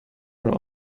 were